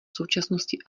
současnosti